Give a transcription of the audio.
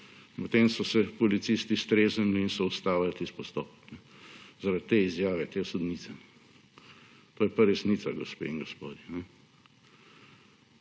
potem so se policisti streznili in so ustavili tisti postopek zaradi te izjave te sodnice. To je pa resnica, gospe in gospodje.